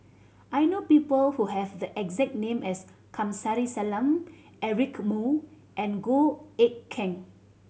I know people who have the exact name as Kamsari Salam Eric Moo and Goh Eck Kheng